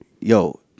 yo